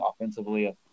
offensively